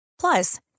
Plus